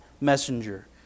messenger